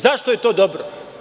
Zašto je to dobro?